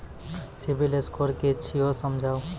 Civil score कि छियै समझाऊ?